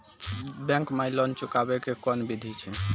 Bank माई loan चुकाबे के कोन बिधि छै?